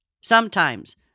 Sometimes